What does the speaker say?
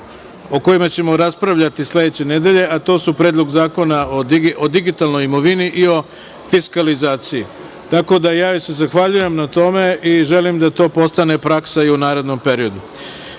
o kojima ćemo raspravljati sledeće nedelje, a to su Predlog zakona o digitalnoj imovini i o fiskalizaciji. Zahvaljujem joj se na tome i želim da to postane praksa i u narednom periodu. Dame